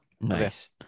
nice